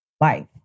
life